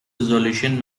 resolution